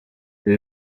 ibi